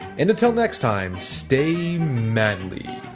and, until next time stay manly